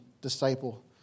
disciple